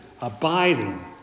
abiding